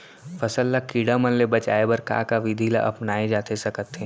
फसल ल कीड़ा मन ले बचाये बर का का विधि ल अपनाये जाथे सकथे?